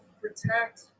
protect